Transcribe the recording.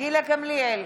גילה גמליאל,